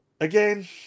Again